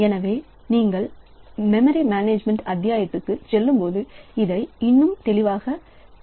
எனவே நீங்கள் memory management அத்தியாயத்திற்குச் செல்லும்போது இது இன்னும் தெளிவாக இருக்கும்